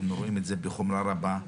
אנחנו רואים את זה בחומרה רבה.